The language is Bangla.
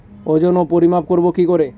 ওজন ও পরিমাপ করব কি করে?